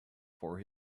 for